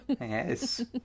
yes